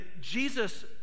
Jesus